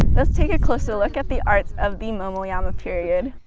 let's take a closer look at the arts of the momoyama period.